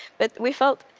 but we felt,